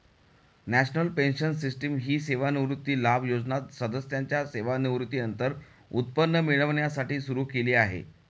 national pension system ही सेवानिवृत्ती लाभ योजना सदस्यांना सेवानिवृत्तीनंतर उत्पन्न मिळण्यासाठी सुरू केली आहे